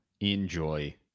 enjoy